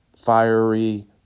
fiery